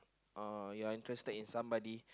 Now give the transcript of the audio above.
uh you're interested in somebody